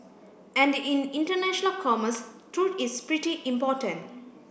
and in international commerce truth is pretty important